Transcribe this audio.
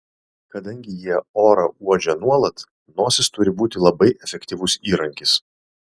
kadangi jie orą uodžia nuolat nosis turi būti labai efektyvus įrankis